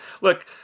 look